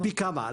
פי כמה.